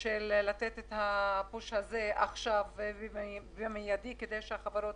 של הפוש הזה עכשיו במידי, כדי שהחברות